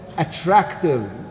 Attractive